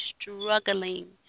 struggling